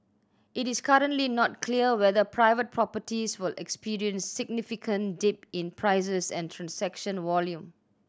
it is currently not clear whether private properties will experience significant dip in prices and transaction volume